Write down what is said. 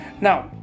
now